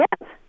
Yes